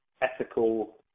ethical